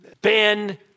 ben